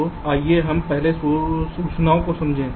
तो आइए हम पहले सूचनाओं को समझें